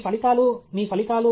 మీ ఫలితాలు మీ ఫలితాలు